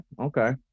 okay